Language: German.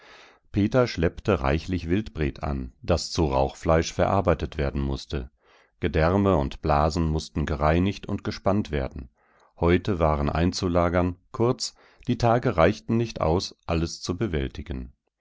peter schleppte reichlich wildbret an das zu rauchfleisch verarbeitet werden mußte gedärme und blasen mußten gereinigt und gespannt werden häute waren einzulagern kurz die tage reichten nicht aus alles zu bewältigen